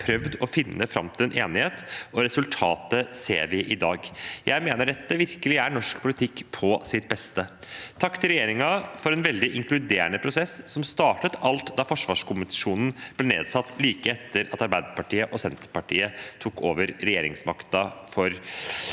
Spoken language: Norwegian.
prøvd å finne fram til en enighet. Resultatet ser vi i dag. Jeg mener dette virkelig er norsk politikk på sitt beste. Takk til regjeringen for en veldig inkluderende prosess, som startet alt da forsvarskommisjonen ble nedsatt, like etter at Arbeiderpartiet og Senterpartiet tok over regjeringsmakten i